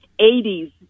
80s